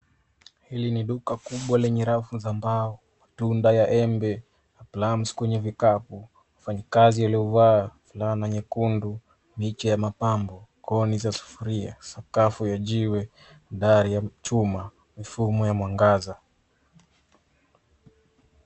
Hili ni duka kubwa lenye rafu za mbao, tunda ya embe, plums kwenye vikapu, mfanyikazi aliyevaa fulana nyekundu, miti ya mapambo, kooni za sufuria, sakafu ya jiwe, dari ya chuma, mifumo ya mwangaza.